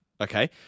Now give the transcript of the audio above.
Okay